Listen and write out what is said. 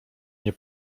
nie